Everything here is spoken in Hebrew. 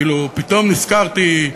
כאילו פתאום נזכרתי,